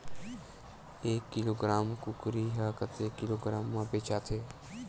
एक किलोग्राम कुकरी ह कतेक किलोग्राम म बेचाथे?